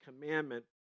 commandment